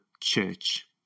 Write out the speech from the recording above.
church